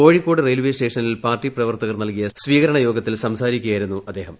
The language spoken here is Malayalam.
കോഴിക്കോട് റെയിൽവെ സ്റ്റേഷനിൽ പാർട്ടി പ്രവർത്ത കർ നൽകിയ സ്വീകരണ യോഗത്തിൽ സ്ഥംസാരിക്കുകയായിരുന്നു അദ്ദേഹം